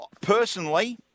personally